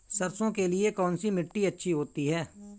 सरसो के लिए कौन सी मिट्टी अच्छी होती है?